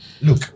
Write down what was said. Look